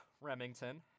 Remington